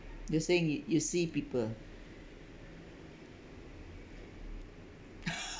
you are saying it you see people